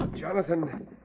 Jonathan